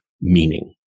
meaning